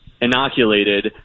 inoculated